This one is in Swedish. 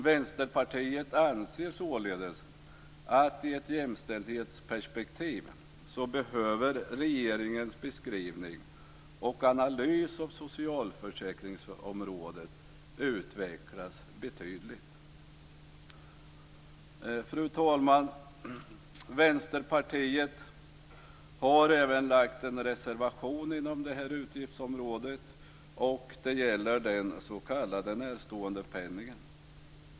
Vänsterpartiet anser således att i ett jämställdhetsperspektiv behöver regeringens beskrivning och analys av socialförsäkringsområdet utvecklas betydligt. Fru talman! Vänsterpartiet har även lagt en reservation inom detta utgiftsområde, och det gäller den s.k. närståendepenningen.